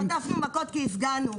אנחנו חטפנו מכות כי הפגנו.